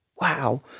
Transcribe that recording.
wow